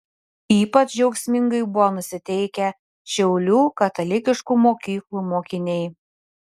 ypač džiaugsmingai buvo nusiteikę šiaulių katalikiškų mokyklų mokiniai